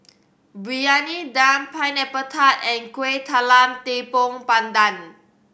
Briyani Dum Pineapple Tart and Kuih Talam Tepong Pandan